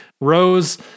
Rose